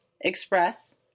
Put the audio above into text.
EXPRESS